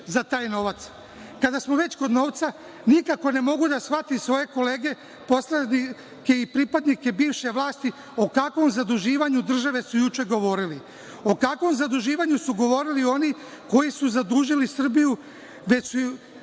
za taj novac. Kada smo već kod novca, nikako ne mogu da shvatim svoje kolege poslanike i pripadnike bivše vlasti o kakvom zaduživanju države su juče govorili. O kakvom zaduživanju su govorili oni koji su zadužili Srbiju, koji su,